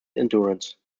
endurance